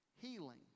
Healing